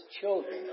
children